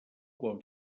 quan